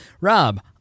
Rob